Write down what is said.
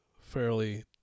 fairly